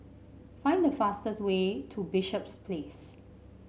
find the fastest way to Bishops Place